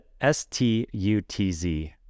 S-T-U-T-Z